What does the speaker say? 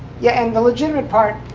yeah and the legitimate part,